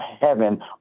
heaven